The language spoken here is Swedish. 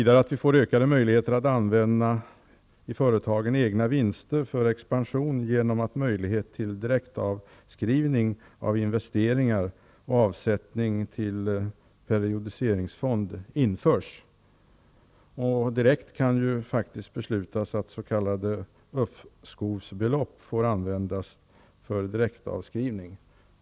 Det gäller vidare större möjligheter att i företagen använda egna vinster till expansion genom att möjlighet till direktavskrivning av investeringar och avsättning till periodiseringsfond införs. Direkt kan beslutas att s.k. uppskovsbelopp får användas för direktavskrivning.